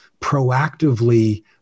proactively